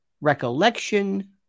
recollection